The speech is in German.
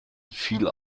viel